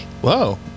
Whoa